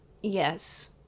Yes